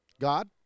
God